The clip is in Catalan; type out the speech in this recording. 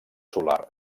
solar